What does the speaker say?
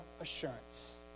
assurance